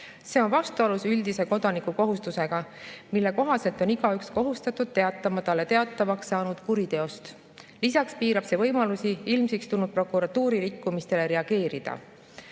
See on vastuolus üldise kodanikukohustusega, mille kohaselt on igaüks kohustatud teatama talle teatavaks saanud kuriteost. Lisaks piirab see võimalusi prokuratuuri ilmsiks tulnud